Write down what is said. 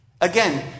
Again